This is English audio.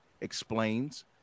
explains